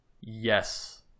yes